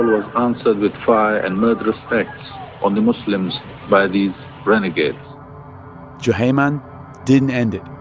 was answered with fire and murder effects on the muslims by these renegades juhayman didn't end it.